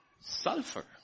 sulfur